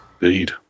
Indeed